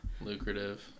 Lucrative